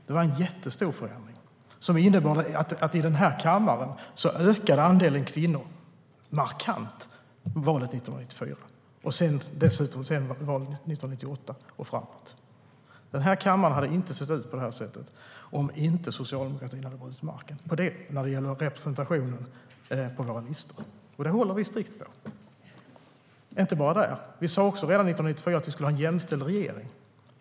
Det var en jättestor förändring som innebar att andelen kvinnor i den här kammaren ökade markant i valet 1994 och sedan i valet 1998 och framåt. Denna kammare hade inte sett ut på det här sättet om inte Socialdemokraterna hade brutit marken när det gäller representationen på våra listor. Det håller vi strikt på. Och inte bara där. Vi sa redan 1994 att vi också skulle ha en jämställd regering.